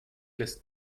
lässt